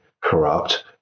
corrupt